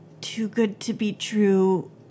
too-good-to-be-true